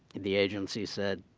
the agency said,